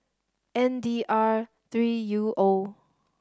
N D R three U O